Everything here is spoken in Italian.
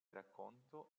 racconto